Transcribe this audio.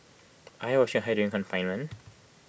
are you washing your hair during confinement